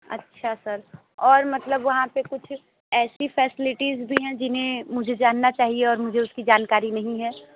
अच्छा सर और मतलब वहाँ पर कुछ ऐसी फैसलिटीज़ भी हैं जिन्हें मुझे जानना चाहिए और मुझे उसकी जानकारी नहीं है